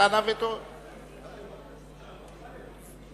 באופן שוויוני.